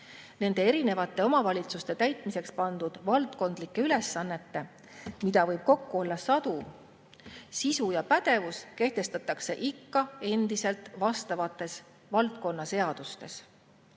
Nende erinevate omavalitsustele täitmiseks pandud valdkondlike ülesannete, mida võib kokku olla sadu, sisu ja pädevus kehtestatakse ikka endiselt vastavates valdkonnaseadustes.